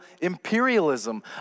imperialism